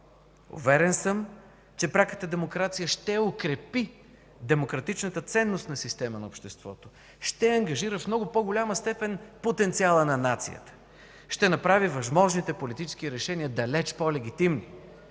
Уверен съм, че пряката демокрация ще укрепи демократичната ценностна система на обществото, ще ангажира в много по-голяма степен потенциала на нацията, ще направи възможните политически решения далеч по-легитимни.